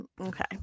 Okay